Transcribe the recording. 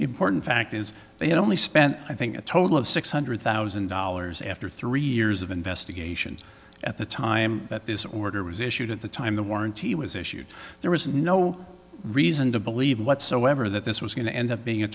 you porton fact is they had only spent i think a total of six hundred thousand dollars after three years of investigation at the time that this order was issued at the time the warranty was issued there was no reason to believe whatsoever that this was going to end up being a